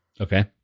Okay